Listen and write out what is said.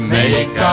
make